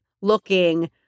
looking